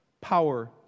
Power